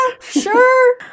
sure